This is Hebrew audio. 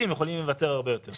יכולים להיווצר הרבה יותר עיוותים.